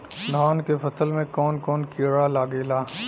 धान के फसल मे कवन कवन कीड़ा लागेला?